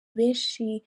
benshi